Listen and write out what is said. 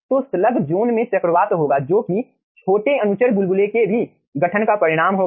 तो slug zone में चक्रवात होगा जो कि छोटे अनुचर बुलबुले के भी गठन का परिणाम होगा